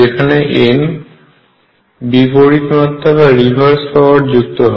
যেখানে n বিপরীত মাত্রা যুক্ত হয়